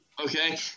Okay